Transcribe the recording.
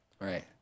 Right